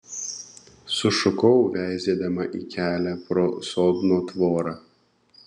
sušukau veizėdama į kelią pro sodno tvorą